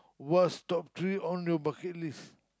what's top three on your bucket list